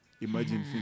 Imagine